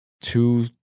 Two